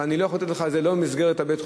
אבל אני לא יכול לתת לך את זה במסגרת בית-החולים.